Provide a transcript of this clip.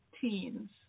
Teens